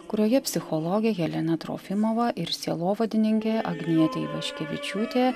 kurioje psichologė helena trofimova ir sielovadininkė agnietė ivaškevičiūtė